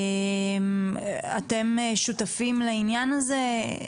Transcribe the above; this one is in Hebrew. אתם שותפים לעניין הזה?